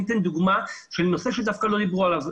אני אתן דוגמה של נושא שדווקא לא דיברו עליו,